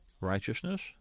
righteousness